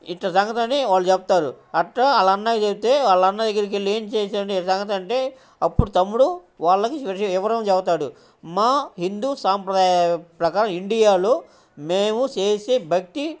ఇది సంగతని వాళ్ళు చెప్తారు అలా వాళ్ళ అన్నకు చెప్తే వాళ్ళ అన్న దగ్గరికెళ్ళ ఏమి చేసంటే సంగతి అంటే అప్పుడు తమ్ముడు వాళ్ళకి వివరం చప్తాడు మా హిందూ సాంప్రదాయ ప్రకారం ఇండియాలో మేము చేసే భక్తి